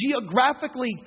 geographically